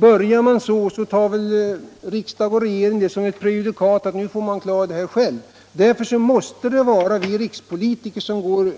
Börjar man, så tar väl riksdag och regering detta som prejudikat på att man får klara det själv. Därför måste det vara vi rikspolitiker som går